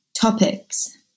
topics